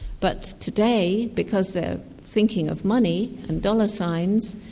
but today because they're thinking of money and dollar signs,